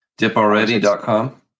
dipalready.com